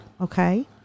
Okay